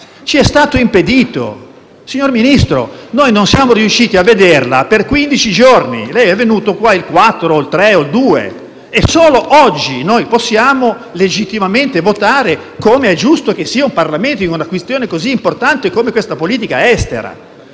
Ci è stato impedito. Signor Ministro, noi non siamo riusciti a vederla per giorni: lei è venuto in Senato il 30 gennaio e solo oggi possiamo legittimamente votare, com'è giusto che faccia un Parlamento, su una questione così importante di politica estera